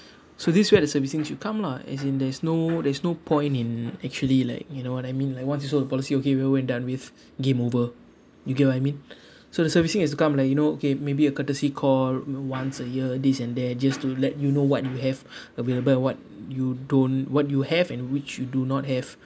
so this is where the servicing should come lah as in there's no there's no point in actually like you know what I mean like once you sold the policy okay we're over and done with game over you get what I mean so the servicing has to come like you know okay maybe a courtesy call once a year this and that just to let you know what you have available and what you don't what you have and which you do not have